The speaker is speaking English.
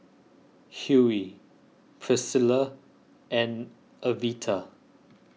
Hughey Pricilla and Evita